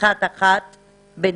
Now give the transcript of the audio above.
ופתיחת אחת בינתיים?